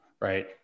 Right